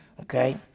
Okay